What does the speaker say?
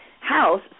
house